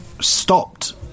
stopped